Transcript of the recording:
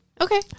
Okay